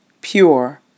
pure